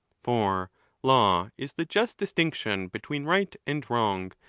for law is the just distinction between right and wrong,